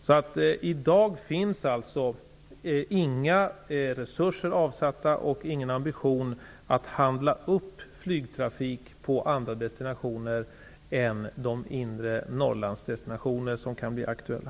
I dag finns alltså inga resurser avsatta för och ingen ambition att handla upp flygtrafik på andra destinationer än de destinationer i inre Norrland som kan bli aktuella.